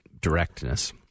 directness